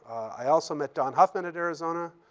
i also met don huffman at arizona.